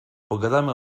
pogadamy